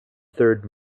third